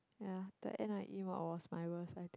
ya the n_i_e mod was my worst I think